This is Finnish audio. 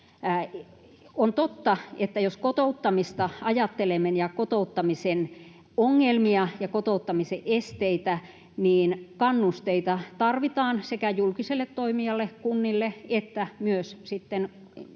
On totta, että jos ajattelemme kotouttamista ja kotouttamisen ongelmia ja kotouttamisen esteitä, niin kannusteita tarvitaan sekä julkiselle toimijalle, kunnille että myös sitten heille,